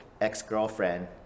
ex-girlfriend